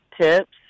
tips